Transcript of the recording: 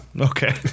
Okay